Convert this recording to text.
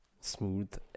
smooth